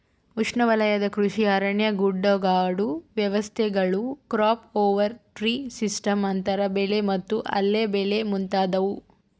ಉಷ್ಣವಲಯದ ಕೃಷಿ ಅರಣ್ಯ ಗುಡ್ಡಗಾಡು ವ್ಯವಸ್ಥೆಗಳು ಕ್ರಾಪ್ ಓವರ್ ಟ್ರೀ ಸಿಸ್ಟಮ್ಸ್ ಅಂತರ ಬೆಳೆ ಮತ್ತು ಅಲ್ಲೆ ಬೆಳೆ ಮುಂತಾದವು